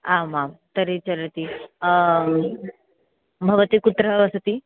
आमां तर्हि चलति भवती कुत्र वसति